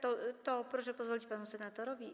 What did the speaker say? To proszę pozwolić panu senatorowi.